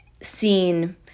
seen